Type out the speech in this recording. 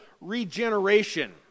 regeneration